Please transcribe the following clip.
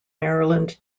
maryland